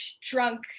drunk